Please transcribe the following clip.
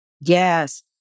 Yes